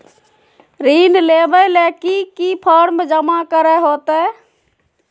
ऋण लेबे ले की की फॉर्म जमा करे होते?